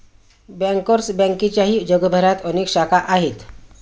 bankers बँकेच्याही जगभरात अनेक शाखा आहेत